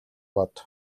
бод